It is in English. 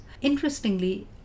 Interestingly